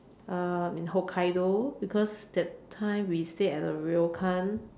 uh in Hokkaido because that time we stay at the ryokan